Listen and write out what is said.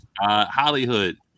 Hollywood